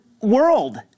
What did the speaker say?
world